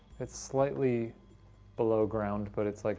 it's slightly below ground, but it's, like,